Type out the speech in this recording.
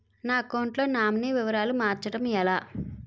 నా అకౌంట్ లో నామినీ వివరాలు మార్చటం ఎలా?